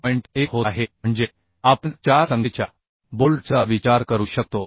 1 होत आहे म्हणजे आपण चार संख्येच्या बोल्टचा विचार करू शकतो